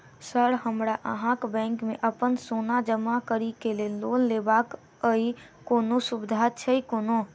Sir हमरा अहाँक bank मे अप्पन सोना जमा करि केँ लोन लेबाक अई कोनो सुविधा छैय कोनो?